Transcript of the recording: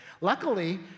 Luckily